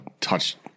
touched